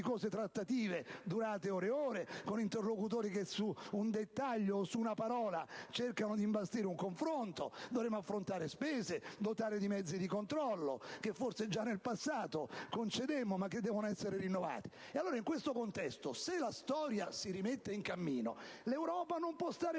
faticose trattative durate ore e ore, con interlocutori che su un dettaglio o su una parola cercano di imbastire un lungo confronto. Dovremo affrontare spese, dotare di mezzi di controllo che forse già nel passato concedemmo, ma che devono essere rinnovati. Ebbene, in questo contesto, se la storia si rimette in cammino, l'Europa non può stare